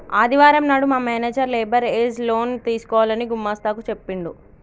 ఆదివారం నాడు మా మేనేజర్ లేబర్ ఏజ్ లోన్ తీసుకోవాలని గుమస్తా కు చెప్పిండు